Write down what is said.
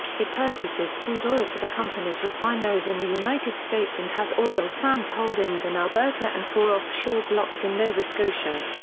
it purchases crude oil for the company's refineries in the united states and has oil sands holdings in alberta and four offshore blocks in nova scotia.